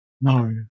no